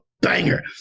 banger